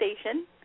Station